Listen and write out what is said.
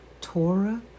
Torah